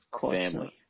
family